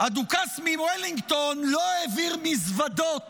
הדוכס מוולינגטון לא העביר מזוודות